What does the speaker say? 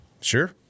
Sure